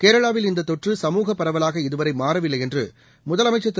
கேரளாவில்இந்ததொற்றுசமூகப்பரவலாகஇதுவரைமாறவில்லைஎன்றுமுதலமைச்சர்திரு